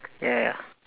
ya ya